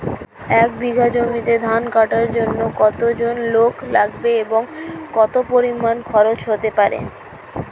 এক বিঘা জমিতে ধান কাটার জন্য কতজন লোক লাগবে এবং কত পরিমান খরচ হতে পারে?